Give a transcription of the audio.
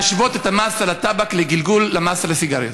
להשוות את המס על הטבק לגלגול למס על הסיגריות.